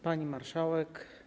Pani Marszałek!